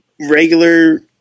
regular